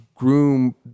groom